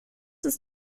ist